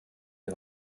die